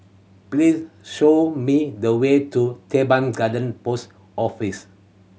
please show me the way to Teban Garden Post Office